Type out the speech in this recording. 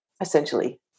Essentially